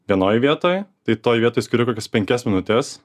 vienoj vietoj tai toj vietoj skiriu kokias penkias minutes